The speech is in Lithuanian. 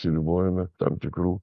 apsiribojame tam tikru